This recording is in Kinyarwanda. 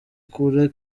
kure